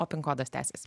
o pin kodas tęsiasi